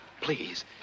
please